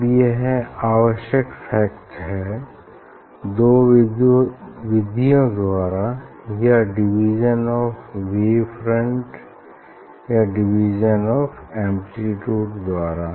अब यह आवश्यक फैक्ट है दो विधियों द्वारा या तो डिवीज़न ऑफ़ वेव फ्रंट या डिवीज़न ऑफ़ एम्प्लीट्यूड द्वारा